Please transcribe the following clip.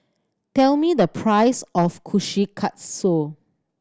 tell me the price of Kushikatsu